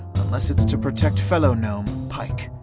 unless it's to protect fellow gnome, pike.